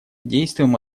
действуем